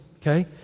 okay